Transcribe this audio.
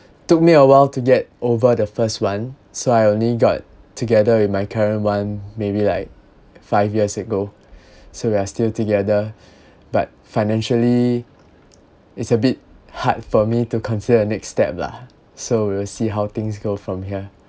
took me a while to get over the first one so I only got together with my current one maybe like five years ago so we are still together but financially it's a bit hard for me to consider next step lah so we'll see how things go from here